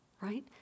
right